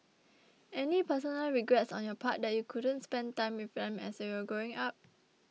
any personal regrets on your part that you couldn't spend time with them as they were growing up